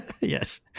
yes